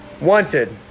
Wanted